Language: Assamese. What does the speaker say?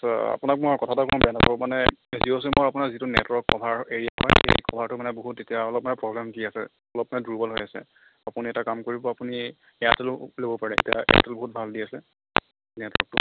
তো আপোনাক মই কথা এটা কওঁ বেয়া নাপাব মানে জিঅ' চিমৰ আপোনাৰ যিটো নেটৱৰ্ক ক'ভাৰ এৰিয়া হয় সেই ক'ভাৰটো মানে বহুত এতিয়া অলপ মানে প্ৰব্লেম দি আছে অলপ মানে দুৰ্বল হৈ আছে আপুনি এটা কাম কৰিব আপুনি এয়াৰটেলো ল'ব পাৰে এতিয়া এয়াৰটেল বহুত ভাল দি আছে নেটৱৰ্কটো